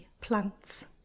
plants